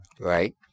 Right